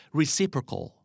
reciprocal